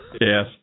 Yes